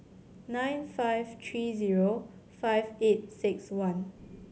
nine five three zero five eight six one